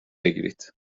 بگیرید